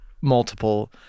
multiple